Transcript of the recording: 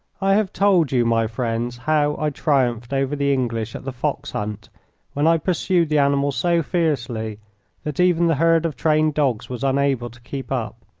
i have told you, my friends, how i triumphed over the english at the fox-hunt when i pursued the animal so fiercely that even the herd of trained dogs was unable to keep up,